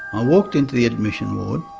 i walked into the admission ward,